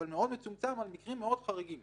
אבל מאוד מצומצם על מקרים חריגים מאוד.